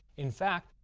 in fact,